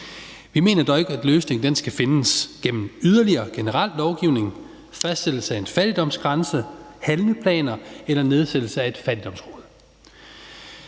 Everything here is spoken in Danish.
Vi mener dog ikke, at løsningen skal findes gennem yderligere generel lovgivning, fastsættelse af en fattigdomsgrænse, handleplaner eller nedsættelse af et fattigdomsråd.